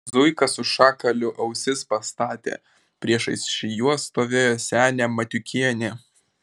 zuika su šakaliu ausis pastatė priešais juos stovėjo senė matiukienė